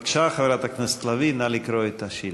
בבקשה, חברת הכנסת לביא, נא לקרוא את השאילתה.